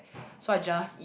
so I just eat